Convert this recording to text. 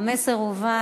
המסר הובן.